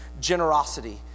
generosity